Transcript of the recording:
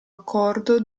accordo